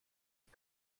die